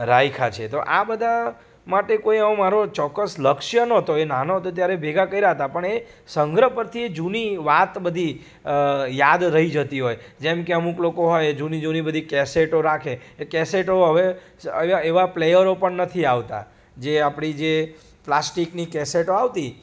રાખ્યા છે આ બધા માટે કોઈ આવો મારો ચોક્કસ લક્ષ્ય નહોતો એ નાનો હતા ત્યારે ભેગા કર્યા હતા પણ એ સંગ્રહ પરથી એ જૂની વાત બધી યાદ રહી જતી હોય જેમકે અમુક લોકો હોય એ જૂની જૂની બધી કેસેટો રાખે એ કેસેટો હવે એવાં પ્લેયરો પણ નથી આવતાં જે આપણી જે પ્લાસ્ટિકની કેસેટો આવતી